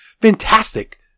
Fantastic